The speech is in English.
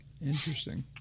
Interesting